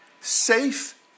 safe